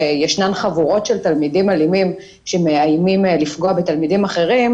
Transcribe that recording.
שיש חבורות של תלמידים אלימים שמאיימים לפגוע בתלמידים אחרים,